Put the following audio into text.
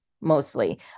mostly